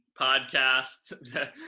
podcast